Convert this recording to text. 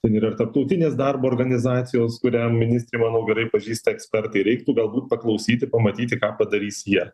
ten yra ir tarptautinės darbo organizacijos kurią ministrė manau gerai pažįsta ekspertai reiktų galbūt paklausyti pamatyti ką padarys jie